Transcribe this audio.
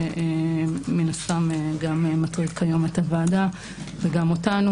שמן הסתם גם מטריד כיום את הוועדה וגם אותנו.